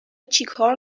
چیکار